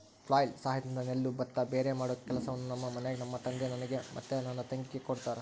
flail ಸಹಾಯದಿಂದ ನೆಲ್ಲು ಭತ್ತ ಭೇರೆಮಾಡೊ ಕೆಲಸವನ್ನ ನಮ್ಮ ಮನೆಗ ನಮ್ಮ ತಂದೆ ನನಗೆ ಮತ್ತೆ ನನ್ನ ತಂಗಿಗೆ ಕೊಡ್ತಾರಾ